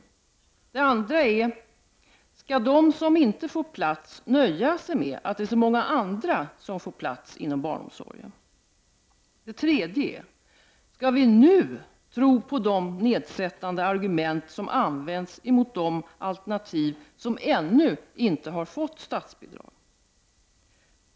För det andra: Skall de som inte får plats nöja sig med att så många andra fått plats inom barnomsorgen? För det tredje: Skall vi nu tro på de nedsättande argument som används mot de alternativ som ännu inte har fått statsbidrag?